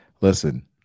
Listen